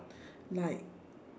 like